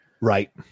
Right